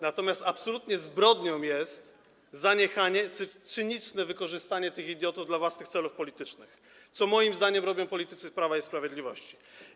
Natomiast absolutnie zbrodnią jest zaniechanie, cyniczne wykorzystywanie tych idiotów dla własnych celów politycznych, co moim zdaniem robią politycy Prawa i Sprawiedliwości.